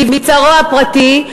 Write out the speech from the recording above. מבצרו הפרטי,